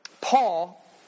Paul